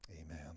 Amen